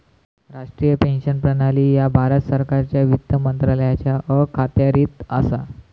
राष्ट्रीय पेन्शन प्रणाली ह्या भारत सरकारच्या वित्त मंत्रालयाच्या अखत्यारीत असा